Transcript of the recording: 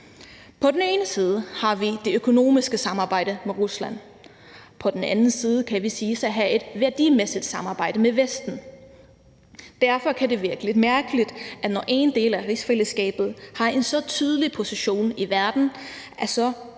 På den ene side har vi det økonomiske samarbejde med Rusland; på den anden side kan vi siges at have et værdimæssigt samarbejde med Vesten. Derfor kan det virke lidt mærkeligt, når én del af rigsfællesskabet har en så tydelig position i verden, at